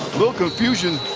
little confusion